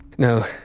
No